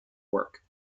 work